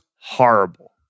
horrible